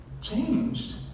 Changed